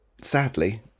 Sadly